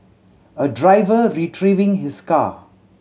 a driver retrieving his car